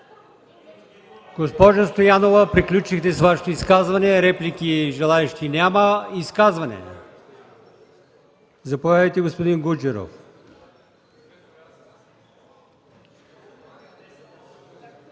Госпожо Стоянова, приключихте с Вашето изказване. Желаещи за реплики няма. Изказвания? Заповядайте, господин Гуджеров.